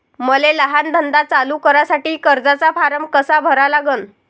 मले लहान धंदा चालू करासाठी कर्जाचा फारम कसा भरा लागन?